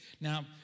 Now